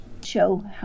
Show